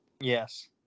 yes